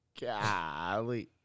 Golly